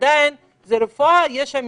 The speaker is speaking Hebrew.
עדיין ברפואה יש מספרים.